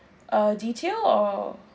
uh detail or